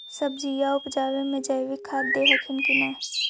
सब्जिया उपजाबे मे जैवीक खाद दे हखिन की नैय?